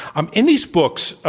um in these books,